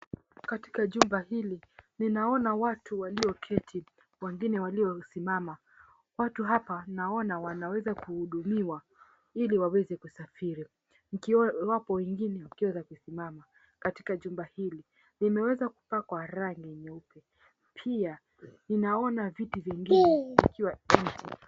Katika jumba hili, ninaona watu walioketi wengine waliosimama. Watu hapa naona wanaweza kuhudumiwa ili waweze kusafiri, ikiwa wapo wengine wakiweza kusimama. Katika jumba hili limeweza kupakwa rangi nyeupe, pia ninaona viti vingine vikiwa empty .